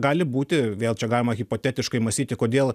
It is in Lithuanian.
gali būti vėl čia galima hipotetiškai mąstyti kodėl